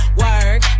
work